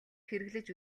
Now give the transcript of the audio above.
хэрэглэж